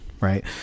Right